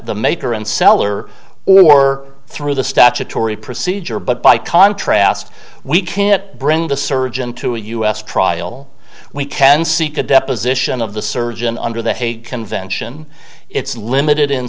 seller or through the statutory procedure but by contrast we can't bring the surgeon to a u s trial we can seek a deposition of the surgeon under the hague convention it's limited in